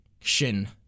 Shin